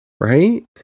Right